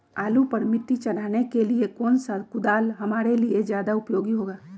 आलू पर मिट्टी चढ़ाने के लिए कौन सा कुदाल हमारे लिए ज्यादा उपयोगी होगा?